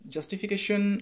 Justification